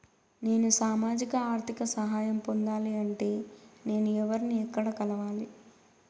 నేను సామాజిక ఆర్థిక సహాయం పొందాలి అంటే నేను ఎవర్ని ఎక్కడ కలవాలి?